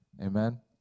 Amen